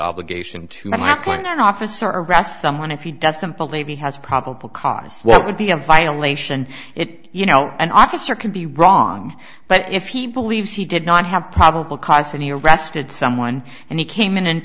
obligation to lackland an officer arrest someone if he doesn't believe he has probable cause what would be a violation it you know an officer can be wrong but if he believes he did not have probable cause and he arrested someone and he came in and